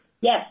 Yes